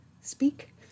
speak